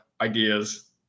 ideas